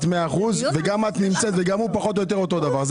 100% וגם את נמצאת וגם הוא פחות או יותר אותו דבר.